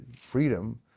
freedom